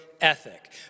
ethic